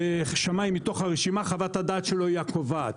ששמאי מתוך הרשימה חוות הדעת שלו היא הקובעת.